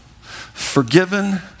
forgiven